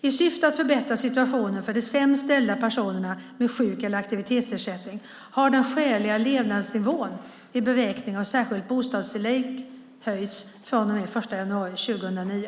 I syfte att förbättra situationen för de sämst ställda personerna med sjuk eller aktivitetsersättning har den skäliga levnadsnivån vid beräkning av särskilt bostadstillägg höjts från och med den 1 januari 2009.